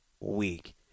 week